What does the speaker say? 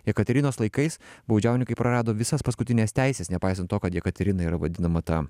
jekaterinos laikais baudžiauninkai prarado visas paskutines teises nepaisant to kad jekaterina yra vadinama ta